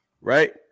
Right